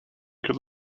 could